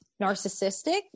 narcissistic